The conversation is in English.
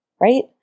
right